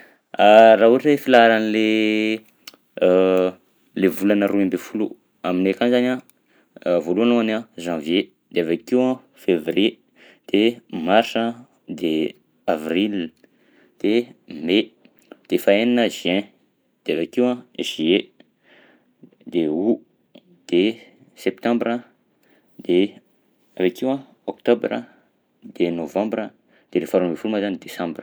Raha ohatra hoe filaharan'le le volana roy amby folo aminay akagny zany a, voalohany alongany a janvier de avy akeo a février de marsa de avril de may de fahaenina juin de avy akeo a juillet de aout de septambra de avy akeo a oktobra de novambra de le faharoy amby folo ma zany desambra.